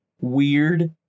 weird